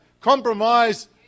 compromise